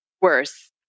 worse